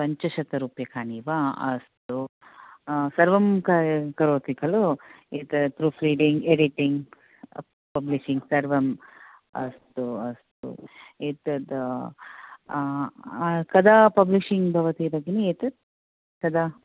पञ्चशतरूप्यकाणि वा अस्तु सर्वं करोति खलु एतत् प्रूफ्रिडिङ्ग् एडिटिङ्ग् पब्लिशिङ्ग् सर्वम् अस्तु अस्तु अस्तु एतत् कदा पब्लिशिङ्ग् भवति भगिनि एतत् कदा